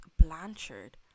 blanchard